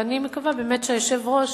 ואני מקווה באמת שהיושב-ראש,